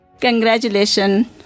Congratulations